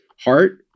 heart